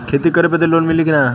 खेती करे बदे लोन मिली कि ना?